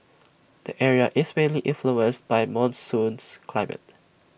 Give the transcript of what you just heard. the area is mainly influenced by monsoons climate